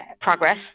progress